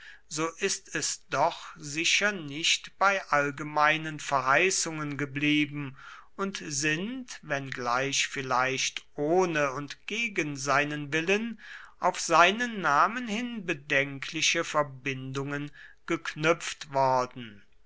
so ist es doch sicher nicht bei allgemeinen verheißungen geblieben und sind wenngleich vielleicht ohne und gegen seinen willen auf seinen namen hin bedenkliche verbindungen geknüpft worden